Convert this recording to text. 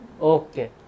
Okay